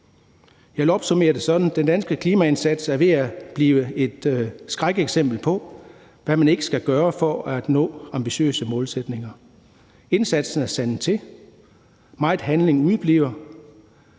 Jeg vil opsummere det sådan, at den danske klimaindsats er ved at blive et skrækeksempel på, hvad man ikke skal gøre for at nå ambitiøse målsætninger. Indsatsen er sandet til, megen handling udebliver,